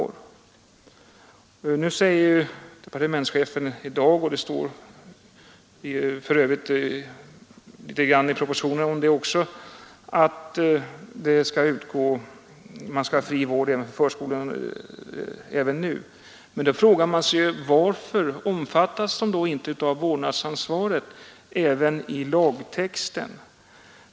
Här i dag säger emellertid departementschefen — och det står för övrigt litet grand i propositionen om det också — att man skall ha fri vård för förskolebarnen även nu. Då frågar man sig: Varför omfattas de inte av vårdansvaret också i lagtexten?